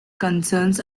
concerns